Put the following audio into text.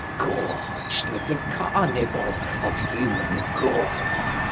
gorged with the carnival of human gore.